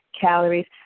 calories